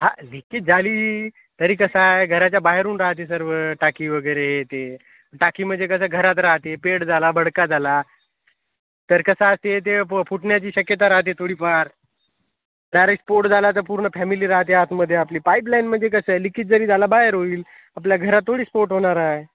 हा लिकेज झाली तरी कसं आहे घराच्या बाहेरून राहाते सर्व टाकी वगैरे हे ते टाकी म्हणजे कसं घरात राहाते पेट झाला भडका झाला तर कसं असते ते फ फुटण्याची शक्यता राहाते थोडीफार डायरेक्ट स्फोट झाला तर पूर्ण फॅमिली राहाते आतमध्ये आपली पाईपलाईनमध्ये कसं आहे लिकेज जरी झाला बाहेर होईल आपल्या घरात थोडी स्फोट होणार आहे